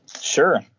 Sure